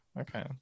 Okay